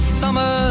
summer